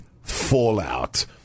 Fallout